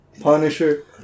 Punisher